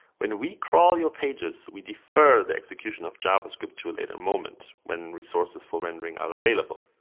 when we crawl your pages, we defer the execution of javascript to a later moment, when resources for rendering are available.